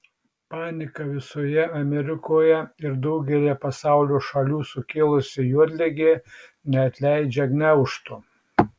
paniką visoje amerikoje ir daugelyje pasaulio šalių sukėlusi juodligė neatleidžia gniaužtų